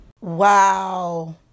Wow